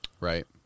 right